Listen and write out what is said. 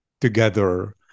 Together